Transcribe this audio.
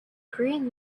green